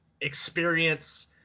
experience